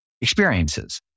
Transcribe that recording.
experiences